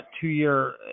two-year